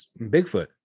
Bigfoot